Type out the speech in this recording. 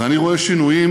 ואני רואה שינויים,